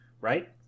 right